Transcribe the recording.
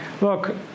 look